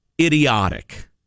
idiotic